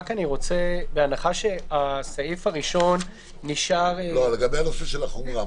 בהנחה שהסעיף הראשון נשאר --- לגבי הנושא של החומרה,